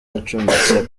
acumbitse